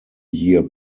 year